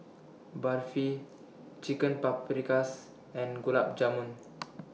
Barfi Chicken Paprikas and Gulab Jamun